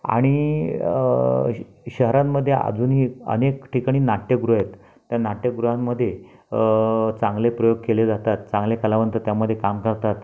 आणि श शहरांमध्ये अजूनही अनेक ठिकाणी नाट्यगृह आहेत तर नाट्यगृहांमध्ये चांगले प्रयोग केले जातात चांगले कलावंत त्यामध्ये काम करतात